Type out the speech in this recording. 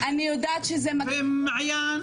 ומעיין.